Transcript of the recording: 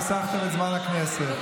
חסכתם את זמן הכנסת.